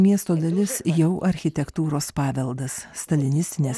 miesto dalis jau architektūros paveldas stalinistinės